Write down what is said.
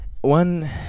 One